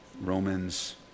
Romans